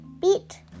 Beat